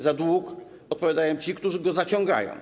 Za dług odpowiadają ci, którzy go zaciągają.